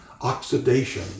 Oxidation